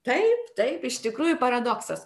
taip taip iš tikrųjų paradoksas